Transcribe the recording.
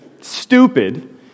stupid